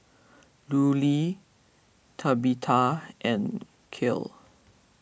Lulie Tabitha and Kiel